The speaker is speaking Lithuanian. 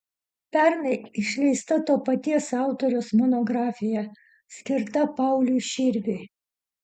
pernai išleista to paties autoriaus monografija skirta pauliui širviui